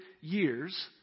years